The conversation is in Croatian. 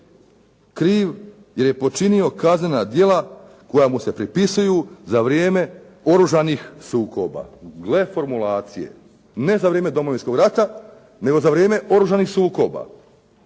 kriv jer je počinio kaznena djela koja mu se pripisuju za vrijeme oružanih sukoba. Gle formulacije. Ne za vrijeme Domovinskog rata, nego za vrijeme oružanih sukoba.